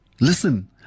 listen